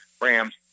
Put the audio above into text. Rams